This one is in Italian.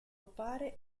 appare